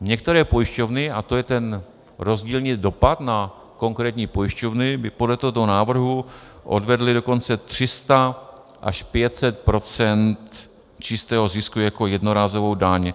Některé pojišťovny, a to je ten rozdílný dopad na konkrétní pojišťovny, by podle tohoto návrhu odvedly dokonce 300 až 500 % čistého zisku jako jednorázovou daň.